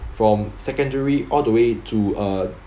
from secondary all the way to uh